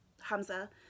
Hamza